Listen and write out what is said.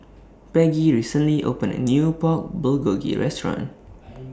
Peggie recently opened A New Pork Bulgogi Restaurant